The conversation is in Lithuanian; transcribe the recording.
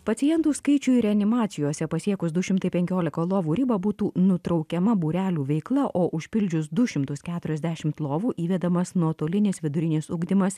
pacientų skaičiui reanimacijose pasiekus du šimtai penkiolika lovų ribą būtų nutraukiama būrelių veikla o užpildžius du šimtus keturiasdešimt lovų įvedamas nuotolinis vidurinis ugdymas